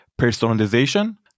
personalization